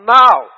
now